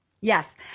Yes